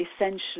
essentially